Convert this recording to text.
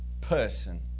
person